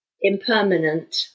impermanent